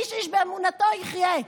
איש באמונתו יחיה.